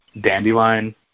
dandelion